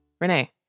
Renee